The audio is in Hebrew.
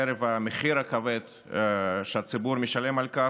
חרף המחיר הכבד שהציבור משלם על כך,